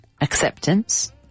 acceptance